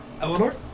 Eleanor